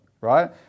right